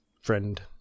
friend